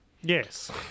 Yes